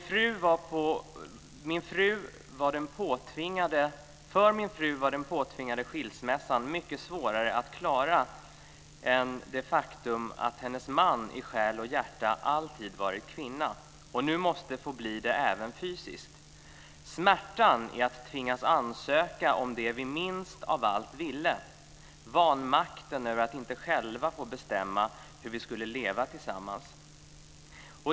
För min fru var den påtvingade skilsmässan mycket svårare att klara av än det faktum att hennes man i själ och hjärta alltid varit kvinna, och nu måste få bli det även fysiskt; Smärtan i att tvingas 'ansöka' om det vi minst av allt ville, vanmakten över att inte själva få bestämma hur vi skulle leva tillsammans.